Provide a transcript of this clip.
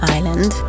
Island